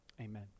Amen